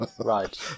Right